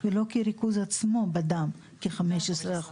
ולא כריכוז עצמו בדם כ- 15%,